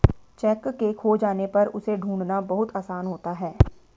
cheque के खो जाने पर उसे ढूंढ़ना बहुत आसान होता है